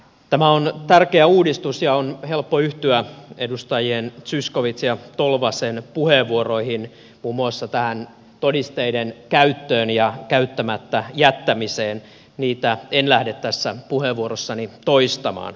tämä on tärkeä uudistus ja on helppo yhtyä edustajien zyskowicz ja tolvanen puheenvuoroihin muun muassa tähän todisteiden käyttöön ja käyttämättä jättämiseen niitä en lähde tässä puheenvuorossani toistamaan